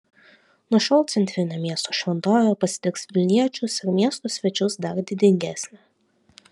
nuo šiol centrinė miesto šventovė pasitiks vilniečius ir miesto svečius dar didingesnė